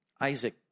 Isaac